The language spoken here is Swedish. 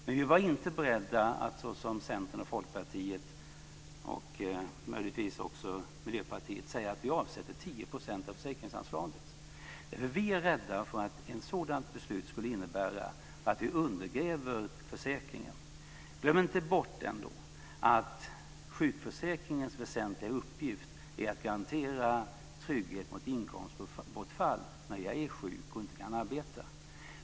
Men vi var inte beredda att såsom Centern och Folkpartiet och möjligtvis också Miljöpartiet säga att vi avsätter 10 % av försäkringsanslaget, därför att vi är rädda för att ett sådant beslut skulle innebära att vi undergräver försäkringen. Glöm inte bort att sjukförsäkringens väsentliga uppgift är att garantera trygghet vid inkomstbortfall när man är sjuk och inte kan arbeta.